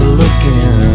looking